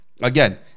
Again